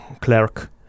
clerk